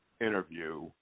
interview